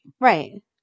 Right